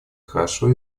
хорошо